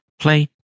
play